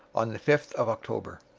on the fifth of october.